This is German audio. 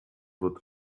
wird